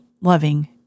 loving